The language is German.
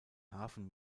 hafen